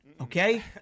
okay